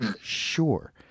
sure